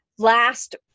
Last